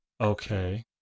Okay